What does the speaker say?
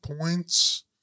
points